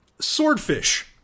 Swordfish